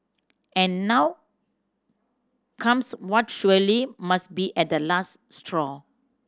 and now comes what surely must be at the last straw